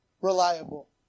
reliable